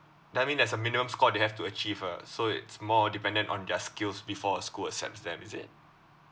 I mean there's a minimum score they have to achieve ah so it's more dependent on their skills before a school accepts them is it